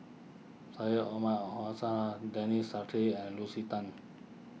Syed Omar Denis Santry and Lucy Tan